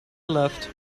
left